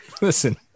Listen –